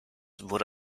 wurde